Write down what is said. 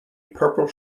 purple